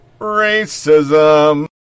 racism